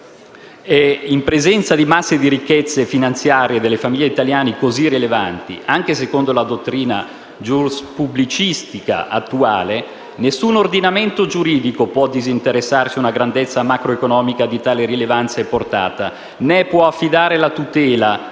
In presenza di masse di ricchezza finanziaria delle famiglie italiane così rilevanti, anche secondo la dottrina giuspubblicistica attuale, «nessun ordinamento giuridico può disinteressarsi a una grandezza macroeconomica di tale rilevanza e portata né può affidare la tutela di quest'ultima